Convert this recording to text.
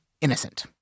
innocent